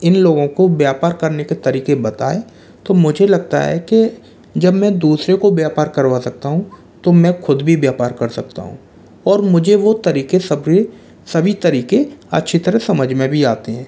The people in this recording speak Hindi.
इन लोगों को व्यापार करने के तरीके बताए तो मुझे लगता है कि जब मैं दूसरे को व्यापार करवा सकता हूँ तो मैं खुद भी व्यापार कर सकता हूँ और मुझे वो तरीके सभी सभी तरीके अच्छी तरहें समझ में भी आते हैं